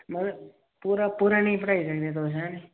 पूरा पूरा नी पढ़ाई सकदे तुस ऐं